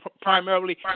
Primarily